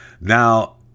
Now